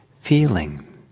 feeling